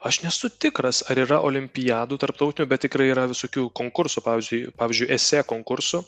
aš nesu tikras ar yra olimpiadų tarptautinių bet tikrai yra visokių konkursų pavyzdžiui pavyzdžiui esė konkursų